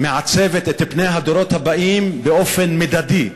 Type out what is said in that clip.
מעצבת את פני הדורות הבאים באופן מדדי: